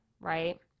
right